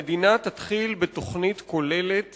המדינה תתחיל בתוכנית כוללת